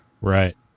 Right